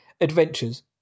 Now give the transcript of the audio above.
adventures